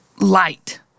light